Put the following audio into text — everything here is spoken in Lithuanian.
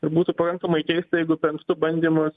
ir būtų pakankamai keista jeigu penktu bandymu